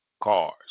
cars